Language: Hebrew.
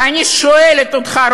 ואני שואלת אותך,